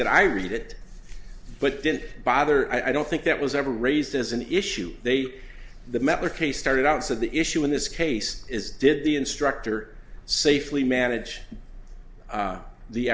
that i read it but didn't bother i don't think that was ever raised as an issue they the matter case started out so the issue in this case is did the instructor safely manage